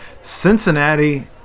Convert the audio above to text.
Cincinnati